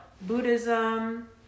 Buddhism